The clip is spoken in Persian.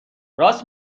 راست